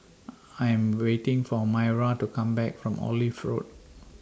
I Am waiting For Myra to Come Back from Olive Road